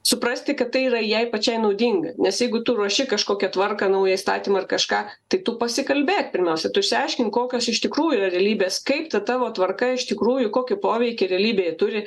suprasti kad tai yra jai pačiai naudinga nes jeigu tu ruoši kažkokią tvarką naują įstatymą ar kažką tai tu pasikalbėk pirmiausia tu išsiaiškink kokios iš tikrųjų realybės kaip ta tavo tvarka iš tikrųjų kokį poveikį realybėje turi